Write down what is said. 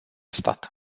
stat